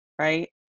right